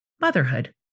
motherhood